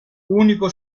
unico